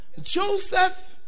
Joseph